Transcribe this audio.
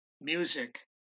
music